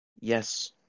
Yes